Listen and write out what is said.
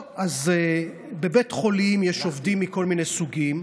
טוב, אז בבית חולים יש עובדים מכל מיני סוגים,